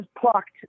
plucked